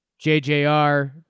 JJR